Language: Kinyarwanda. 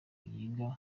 yiga